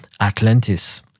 Atlantis